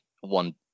one